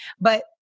But-